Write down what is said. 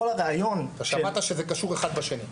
כל הרעיון --- שמעת שזה קשור אחד בשני.